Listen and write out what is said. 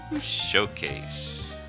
Showcase